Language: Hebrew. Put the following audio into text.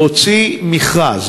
להוציא מכרז,